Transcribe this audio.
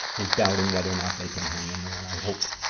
is doubting whether or not they can hang in there, i hope,